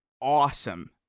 awesome